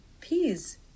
Peas